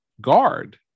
guard